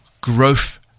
growth